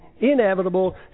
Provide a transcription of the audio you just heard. inevitable